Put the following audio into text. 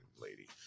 lady